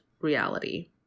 reality